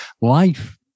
Life